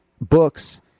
books